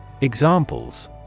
Examples